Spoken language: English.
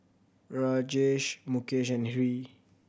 Rajesh Mukesh and Hri